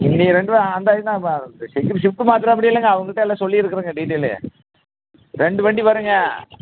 நீங்கள் ரெண்டும் அந்த ஷிஃப்ட்டு மாற்றினாப்படி இல்லைங்க அவங்கள்ட்ட எல்லாம் சொல்லிருக்கிறேங்க டீட்டெயிலு ரெண்டு வண்டி வரும்ங்க